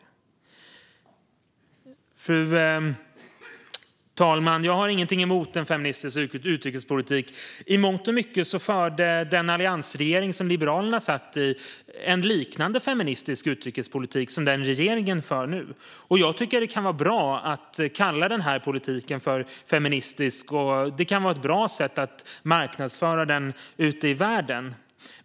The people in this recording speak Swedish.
Fru talman! Jag har ingenting emot en feministisk utrikespolitik. Den alliansregering som Liberalerna satt med i förde i mångt och mycket en liknande feministisk utrikespolitik som den regeringen nu för. Det kan vara bra att kalla den politiken feministisk. Det kan vara ett bra sätt att marknadsföra den ute i världen.